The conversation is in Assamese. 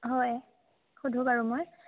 হয় সুধো বাৰু মই